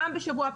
פעם בשבוע,